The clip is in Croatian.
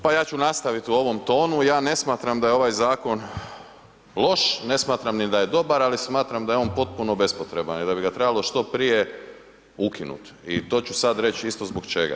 Pa ja ću nastaviti u ovom tonu, ja ne smatram da je ovaj zakon loš, ne smatram ni da je dobar ali smatram da je on potpuno bespotreban i da bi ga trebalo što prije ukinut i to ću sad reć isto zbog čega.